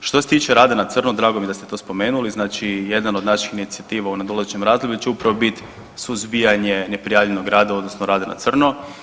Što se tiče rada na crno, drago mi je da ste to spomenuli, znači jedna od naših inicijativa u nadolazećem razdoblju će upravo biti suzbijanje neprijavljenog rada, odnosno rada na crno.